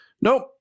Nope